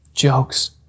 jokes